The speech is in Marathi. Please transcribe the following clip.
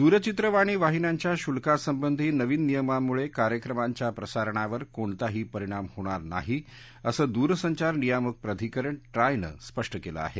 दूरचित्रवाणी वाहिन्यांच्या शुल्कासंबंधी नवीन नियमांमुळे कार्यक्रमांच्या प्रसारणावर कोणताही परिणाम होणार नाही असं दूरसंचार नियामक प्राधिकरण ट्रायनं स्पष्ट केलं आहे